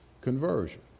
conversion